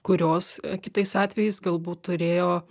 kurios kitais atvejais galbūt turėjo